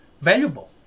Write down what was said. valuable